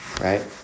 Right